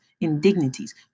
indignities